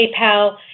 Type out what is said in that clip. PayPal